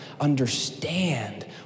understand